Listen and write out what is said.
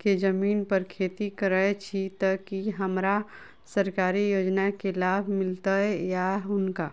केँ जमीन पर खेती करै छी तऽ की हमरा सरकारी योजना केँ लाभ मीलतय या हुनका?